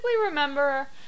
remember